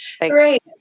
great